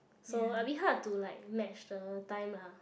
so I will be hard to like match the time lah